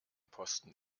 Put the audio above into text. posten